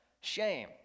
Shame